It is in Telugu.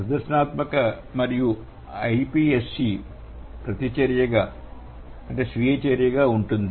ప్రదర్శనాత్మక మరియు ipse ప్రతిచర్యగా స్వీయ ఉంటుంది